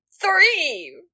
three